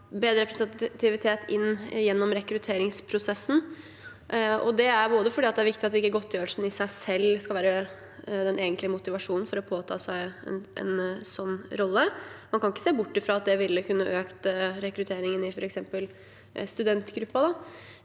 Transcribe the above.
bedre representativitet inn gjennom rekrutteringsprosessen. Det er fordi det er viktig at godtgjørelsen i seg selv ikke skal være den egentlige motivasjonen for å påta seg en sånn rolle. Man kan ikke se bort fra at det ville kunne øke rekrutteringen i f.eks. studentgruppen.